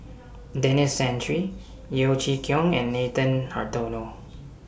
Denis Santry Yeo Chee Kiong and Nathan Hartono